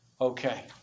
okay